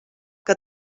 que